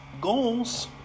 goals